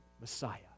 Messiah